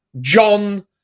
John